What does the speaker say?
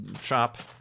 shop